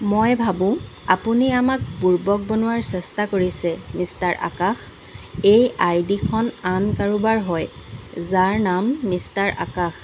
মই ভাবোঁ আপুনি আমাক বুৰ্বক বনোৱাৰ চেষ্টা কৰিছে মিষ্টাৰ আকাশ এই আইডিখন আন কাৰোবাৰ হয় যাৰ নাম মিষ্টাৰ আকাশ